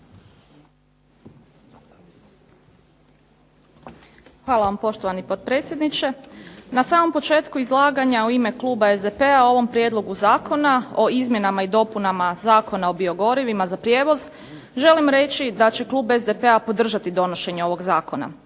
Hvala vam poštovani potpredsjedniče. Na samom početku izlaganja u ime kluba SDP-a o ovom prijedlogu Zakona o izmjenama i dopunama Zakona o biogorivima za prijevoz želim reći da će klub SDP-a podržati donošenje ovog zakona.